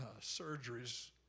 Surgeries